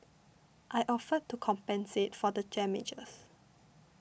I offered to compensate for the damages